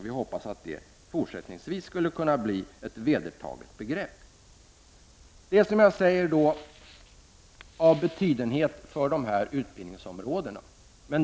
Vi hoppas att detta fortsättningsvis skall kunna bli ett vedertaget begrepp. Det är av betydenhet för dessa forskningsområden.